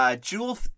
jewel